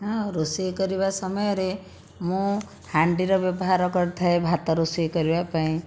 ହଁ ରୋଷେଇ କରିବା ସମୟରେ ମୁଁ ହାଣ୍ଡିର ବ୍ୟବହାର କରିଥାଏ ଭାତ ରୋଷେଇ କରିବା ପାଇଁ